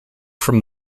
from